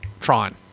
Tron